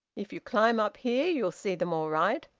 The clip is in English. if you climb up here you'll see them all right.